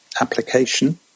application